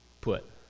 put